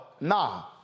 nah